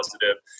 positive